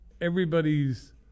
everybody's